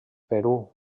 perú